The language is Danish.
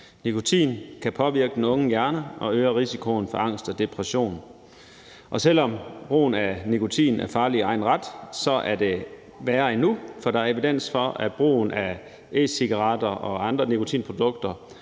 Nikotin kan påvirke den unge hjerne og øger risikoen for angst og depression. Og selv om brugen af nikotin er farlig i egen ret, er det værre endnu, for der er evidens for, at brugen af e-cigaretter og andre nikotinprodukter